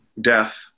death